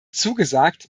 zugesagt